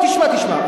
תשמע, תשמע.